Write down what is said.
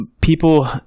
people